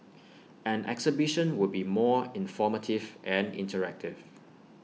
an exhibition would be more informative and interactive